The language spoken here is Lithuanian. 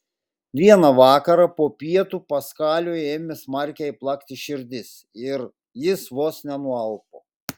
vieną vakarą po pietų paskaliui ėmė smarkiai plakti širdis ir jis vos nenualpo